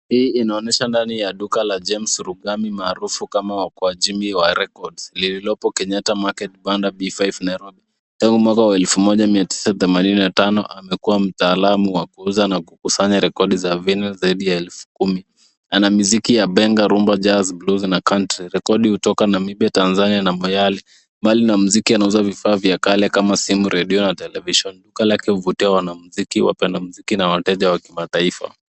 Hii inaonyesha ndani ya duka la James Rugami maarufu kama wakwa Jimmy wa records , lililopo Kenyatta Market banda B5 Nairobi. Tangu mwaka wa elifu moja miatisa nyemanini na tano, amekuwa mtaalamu wa kuuza na kukusanya rekodi za vinil zaidi ya elfukumi, ana miziki ya benga, rumba, jazz , blues na country , rekodi utoka Namibia, Tanzania na Mayale. Mbali na mziki yanazwa vifaa vya kale kama simu, radio na televishoni. Duka lake uvutia wanamziki, wapenda mziki na wateja wakimataifa.